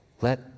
Let